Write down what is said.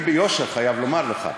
אני ביושר חייב לומר לך.